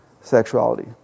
sexuality